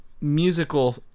musical